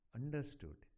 understood